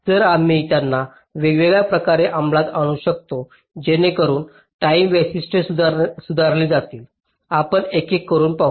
तर आम्ही त्यांना वेगवेगळ्या प्रकारे अंमलात आणू शकतो जेणेकरुन टाईम वैशिष्ट्ये सुधारली जातील आपण एकेक करून पाहू